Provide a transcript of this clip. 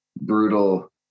brutal